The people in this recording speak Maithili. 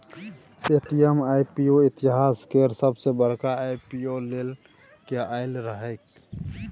पे.टी.एम आई.पी.ओ इतिहास केर सबसॅ बड़का आई.पी.ओ लए केँ आएल रहैक